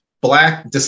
Black